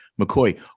McCoy